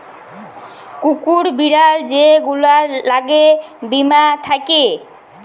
কুকুর, বিড়াল যে গুলার ল্যাগে বীমা থ্যাকে